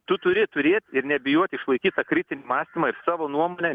tu turi turėt ir nebijot išlaikyt tą kritinį mąstymą ir savo nuomonę